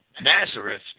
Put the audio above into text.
Nazareth